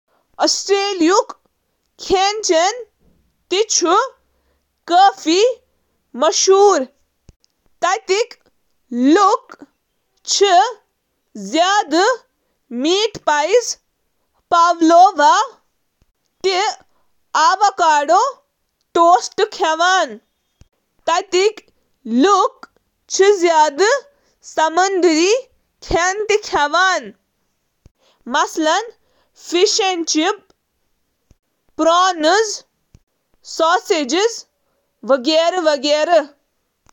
آسٹریلوی ضِیافت چھِ آسٹریلیا تہٕ اَمہِ کٮ۪ن بسکیٖنن ہُنٛد کھٮ۪ن تہٕ رنٛنُک طریقہٕ۔ آسٹریلوی کھٮ۪نَن منٛز چھِ سمندری کھٮ۪ن، بیف، لیمب، کینگرو تہٕ باقی مقٲمی اجزاء شٲمِل۔